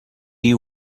you